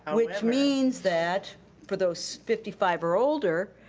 which means that for those fifty five or older,